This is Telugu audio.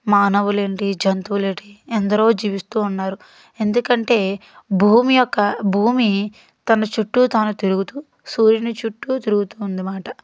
మానవులేటి జంతువులేటి ఎందరో జీవిస్తున్నారు ఎందుకంటే భూమి యొక్క భూమి తన చుట్టూ తాను తిరుగుతూ సూర్యుని చుట్టూ తిరుగుతూందనమాట